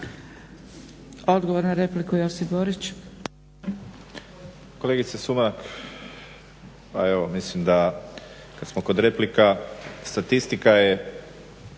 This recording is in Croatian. Borić. **Borić, Josip (HDZ)** Kolegice Sumrak pa evo mislim da kad smo kod replika statistika je